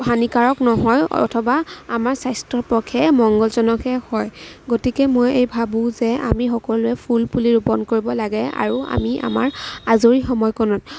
হানিকাৰক নহয় অথবা আমাৰ স্বাস্থ্য়ৰ পক্ষে মঙ্গলজনকহে হয় গতিকে মই ভাবোঁ যে আমি সকলোৱে ফুল পুলি ৰোপণ কৰিব লাগে আৰু আমি আমাৰ আজৰি সময়কণত